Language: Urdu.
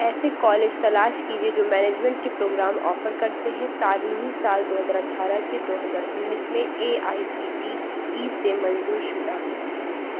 ایسے کالج تلاش کیجیے جو مینجمنٹ کے پروگرام آفر کرتے ہیں تعلیمی سال دو ہزار اٹھارہ سے دو ہزار انیس میں A I C T E سے منظور شدہ ہیں